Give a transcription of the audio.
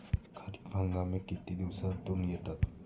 खरीप हंगाम किती दिवसातून येतात?